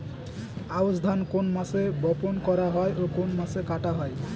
আউস ধান কোন মাসে বপন করা হয় ও কোন মাসে কাটা হয়?